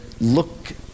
look